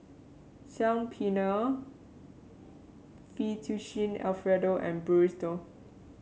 Saag Paneer Fettuccine Alfredo and